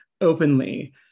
openly